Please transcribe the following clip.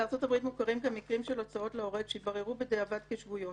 בארצות-הברית מוכרים גם מקרים של הוצאות להורג שהתבררו בדיעבד כשגויות.